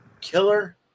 Killer